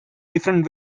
different